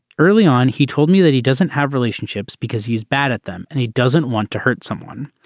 early on he told me that he doesn't have relationships because he's bad at them and he doesn't want to hurt someone.